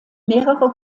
mehrere